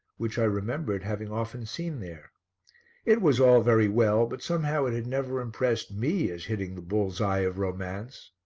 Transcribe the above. which i remembered having often seen there it was all very well, but somehow it had never impressed me as hitting the bull's-eye of romance.